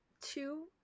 two